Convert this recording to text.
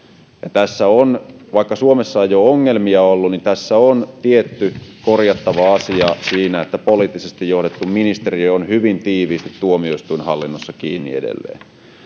ja vaikka suomessa ei ole ongelmia ollut niin tässä on tietty korjattava asia siinä että poliittisesti johdettu ministeriö on hyvin tiiviisti tuomioistuinhallinnossa kiinni edelleen